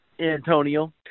Antonio